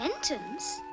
Sentence